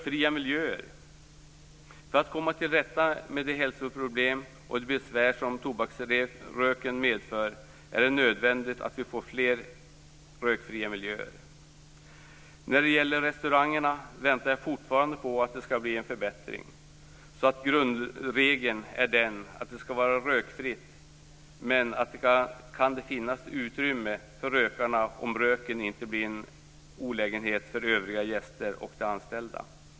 För att komma till rätta med de hälsoproblem och de besvär som tobaksröken medför är det nödvändigt att vi får fler rökfria miljöer. När det gäller restaurangerna väntar jag fortfarande på en förbättring så att grundregeln är att det skall vara rökfritt. Men det kan finnas utrymme för rökarna om röken inte blir en olägenhet för övriga gäster och de anställda.